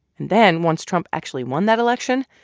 and then, once trump actually won that election,